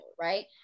Right